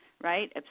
right